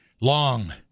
Long